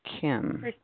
Kim